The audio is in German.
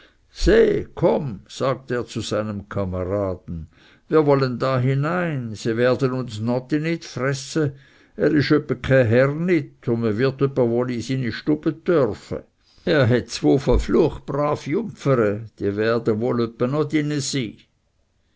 komm sagt er zu seinem kameraden wir wollen da hinein sie werden uns notti nit fresse er ist öppe kei herr nit und mi wird öppe